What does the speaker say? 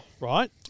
Right